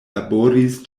laboris